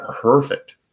perfect